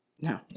No